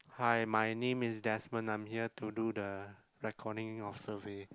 hi my name is Desmond I'm here to do the recording of survey